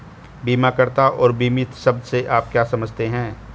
बीमाकर्ता और बीमित शब्द से आप क्या समझते हैं?